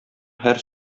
һәр